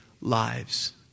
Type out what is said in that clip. lives